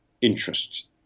interests